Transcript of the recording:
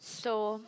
so